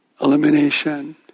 elimination